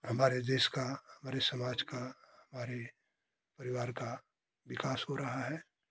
हमारे देश का हमारे समाज का हमारे परिवार का विकास हो रहा है